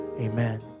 Amen